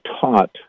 taught